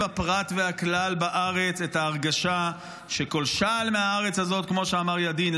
הפרט והכלל בארץ את ההרגשה שכל שעל מהארץ הזאת" כמו שאמר ידין,